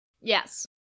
Yes